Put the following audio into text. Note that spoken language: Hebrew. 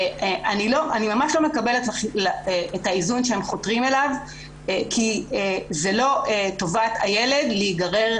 אני ממש לא מקבלת את האיזון שהם חותרים אליו כי זו לא טובת הילד להיגרר